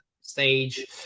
stage